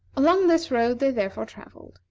along this road they therefore travelled.